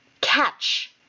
catch